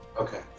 Okay